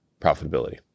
profitability